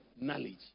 knowledge